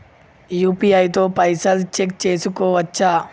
UPI తో పైసల్ check చేసుకోవచ్చా?